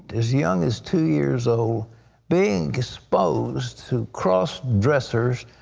as young as two years old being exposed to cross-dressers,